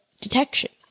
detection